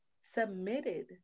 submitted